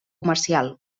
comercial